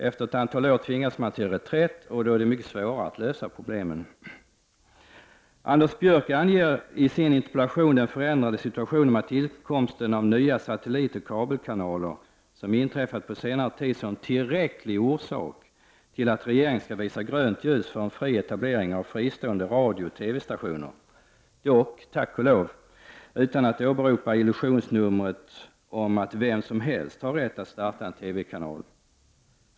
Efter ett antal år tvingas man till reträtt, och då är det mycket svårare att lösa problemen. Anders Björck anger i sin interpellation den förändrade situationen genom senare tids tillkomst av nya satelliter och kabelkanaler som tillräcklig orsak för att regeringen skall visa grönt ljus för en fri etablering av fristående radiooch TV-stationer. Dock gör han det, tack och lov, utan att åberopa illusionsnumret om att vem som helst har rätt att starta en TV-kanal.